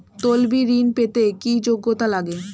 তলবি ঋন পেতে কি যোগ্যতা লাগে?